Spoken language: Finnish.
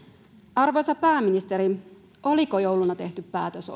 arvoisa pääministeri oliko jouluna tehty päätös